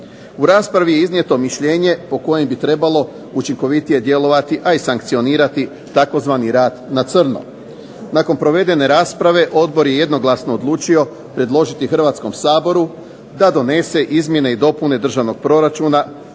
U raspravi je iznijeto mišljenje po kojem bi trebalo učinkovitije djelovati, a i sankcionirati tzv. rad na crno. Nakon provedene rasprave odbor je jednoglasno odlučio predložiti Hrvatskom saboru da donese izmjene i dopune Državnog proračuna